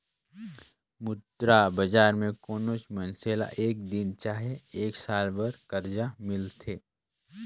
मुद्रा बजार में कोनोच मइनसे ल एक दिन चहे एक साल बर करजा मिलथे